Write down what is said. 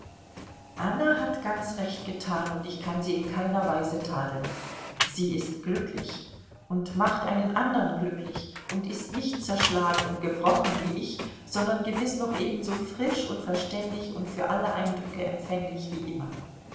anna hat ganz recht getan und ich kann sie in keiner weise tadeln sie ist glücklich und macht einen andern glücklich und ist nicht zerschlagen und gebrochen wie ich sondern gewiß noch ebenso frisch und verständig und für alle eindrücke empfänglich wie immer